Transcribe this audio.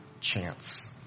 chance